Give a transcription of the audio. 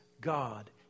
God